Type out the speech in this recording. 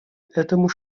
этому